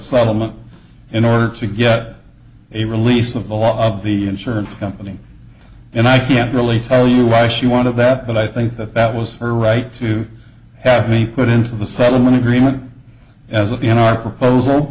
settlement in order to get a release of the law of the insurance company and i can't really tell you why she wanted that but i think that that was her right to have me put into the settlement agreement as you know our proposal